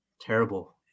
terrible